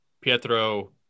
pietro